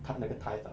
他那个的